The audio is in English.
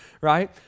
right